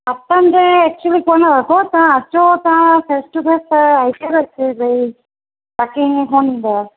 phone रखो तव्हां अचो तव्हां फेस टू फेस त भई बाक़ी ईअं कोन ॾींदा